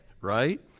Right